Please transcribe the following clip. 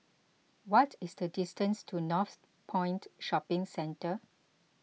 what is the distance to Northpoint Shopping Centre